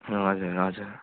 हजुर हजुर